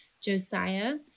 Josiah